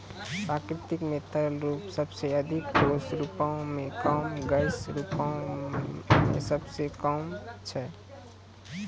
प्रकृति म तरल रूप सबसें अधिक, ठोस रूपो म कम, गैस रूपो म सबसे कम छै